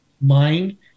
mind